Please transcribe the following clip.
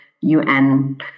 UN